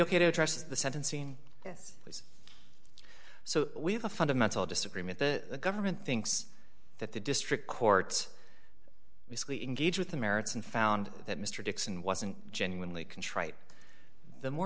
ok to address the sentencing phase so we have a fundamental disagreement the government thinks that the district courts weekly engage with the merits and found that mr dixon wasn't genuinely contrite the more